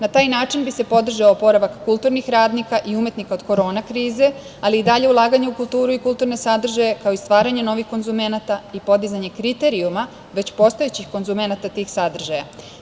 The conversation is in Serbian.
Na taj način bi se podržao oporavak kulturnih radnika i umetnika od korona krize, ali i dalja ulaganja u kulturu i kulturne sadržaje, kao i stvaranje novih konzumenata i podizanje kriterijuma već postojećih konzumenata tih sadržaja.